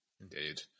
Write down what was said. Indeed